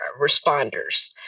responders